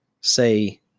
say